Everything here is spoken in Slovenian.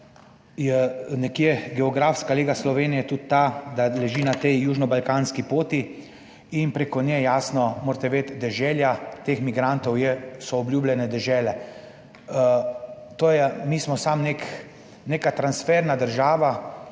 je nekje geografska lega Slovenije tudi ta, da leži na tej južnobalkanski poti in preko nje jasno, morate vedeti, dežela teh migrantov je, so obljubljene dežele. To je, mi smo samo nek, neka transferna država,